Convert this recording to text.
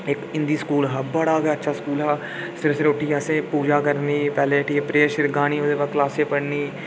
इक हिंदी स्कूल हा बड़ा गै अच्छा स्कूल हा सबेरे सबेरे उट्ठियै असें पूजा करनी पैह्लें उट्ठियै परेर शरेरे गानी ओह्दे बाद क्लास पढ़नी